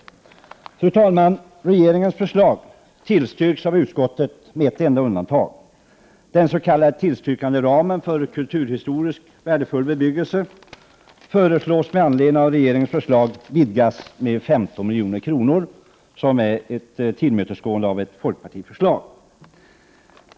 Fru talman! Regeringens förslag tillstyrks av utskottet med ett enda undantag. Det föreslås att den s.k. tillstyrkanderamen för kulturhistoriskt värdefull bebyggelse skall vidgas med 15 milj.kr. med anledning av regeringens förslag. Det är ett tillmötesgående av ett folkpartiförslag.